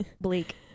Bleak